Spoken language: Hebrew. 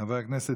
כנסת